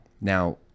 Now